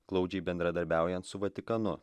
glaudžiai bendradarbiaujant su vatikanu